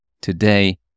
Today